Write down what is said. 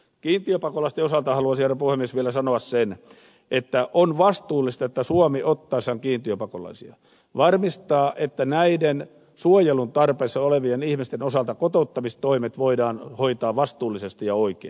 kiintiöpakolaisten osalta haluaisin herra puhemies vielä sanoa sen että on vastuullista että suomi ottaessaan kiintiöpakolaisia varmistaa että näiden suojelun tarpeessa olevien ihmisten osalta kotouttamistoimet voidaan hoitaa vastuullisesti ja oikein